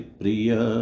priya